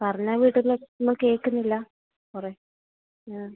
പറഞ്ഞാൽ വീട്ടിൽ നിന്ന് ഒന്നും കേൾക്കുന്നില്ല കുറേ ആ